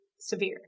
severe